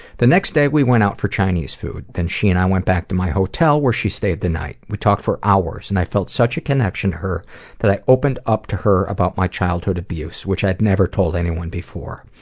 the next day, we went out for chinese food. then she and i went back to my hotel, where she stayed the night. we talked for hours and i felt such a connection to her that i opened up to her about my childhood abuse, which i had never told anyone before.